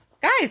guys